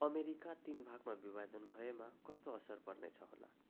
America तिन भागमा विभाजन भएमा कस्तो असर पर्नेछ होला